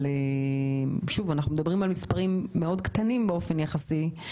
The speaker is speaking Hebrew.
אנחנו מדברים על מספרים מאוד קטנים באופן יחסי.